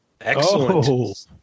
Excellent